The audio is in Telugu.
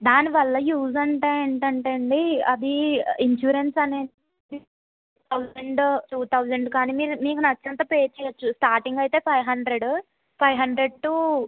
దానివల్ల యూస్ అంటే ఏంటంటే అండి అది ఇన్సూరెన్స్ అనేది థౌజండ్ టూ థౌజండ్ కానీ మీ మీకు నచ్చినంత పే చెయ్యొచ్చు స్టార్టింగ్ అయితే five hundred five hundred to